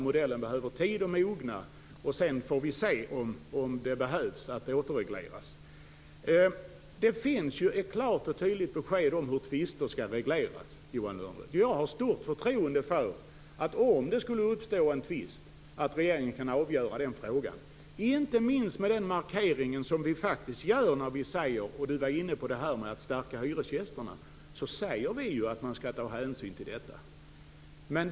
Modellen behöver tid att mogna. Sedan får vi se om det behövs en omreglering. Det finns ett klart och tydligt besked om hur tvister skall regleras, Johan Lönnroth. Jag har stort förtroende för att regeringen, om det skulle uppstå en tvist, kan avgöra frågan. Det gäller inte minst med tanke på den markering som vi faktiskt gör. Johan Lönnroth var inne på att stärka hyresgästerna, och vi säger att man skall ta hänsyn till det önskemålet.